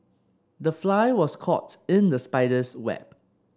the fly was caught in the spider's web